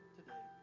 today